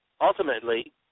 Ultimately